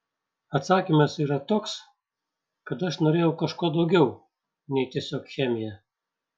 atsakymas yra toks kad aš norėjau kažko daugiau nei tiesiog chemija